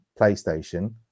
PlayStation